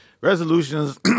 Resolutions